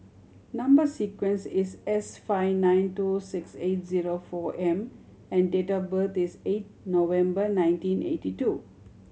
number sequence is S five nine two six eight zero four M and date of birth is eight November nineteen eighty two